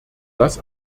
das